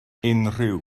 unrhyw